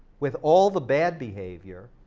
with all the bad behavior,